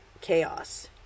chaos